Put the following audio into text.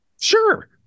Sure